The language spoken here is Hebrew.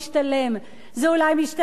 זה אולי משתלם לאוצר.